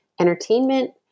entertainment